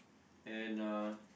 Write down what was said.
and uh